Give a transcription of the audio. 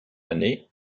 année